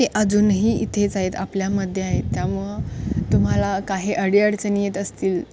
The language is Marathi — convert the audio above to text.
ते अजूनही इथेच आहेत आपल्यामध्ये आहेत त्यामुळं तुम्हाला काही अडीअडचणी येत असतील